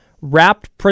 wrapped